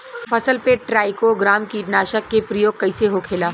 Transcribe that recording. फसल पे ट्राइको ग्राम कीटनाशक के प्रयोग कइसे होखेला?